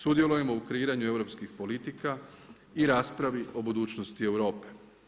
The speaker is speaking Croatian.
Sudjelujemo u kreiranju europskih politika i raspravi o budućnosti Europe.